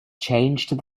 changed